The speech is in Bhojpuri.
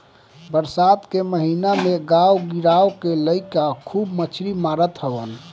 बरसात के महिना में गांव गिरांव के लईका खूब मछरी मारत हवन